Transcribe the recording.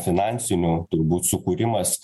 finansinių turbūt sukūrimas